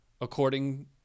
According